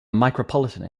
micropolitan